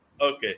Okay